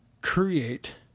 create